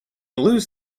lose